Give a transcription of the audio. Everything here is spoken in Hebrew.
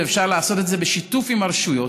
ואפשר לעשות את זה בשיתוף עם הרשויות.